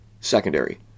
secondary